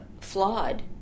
flawed